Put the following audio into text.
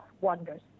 Wonders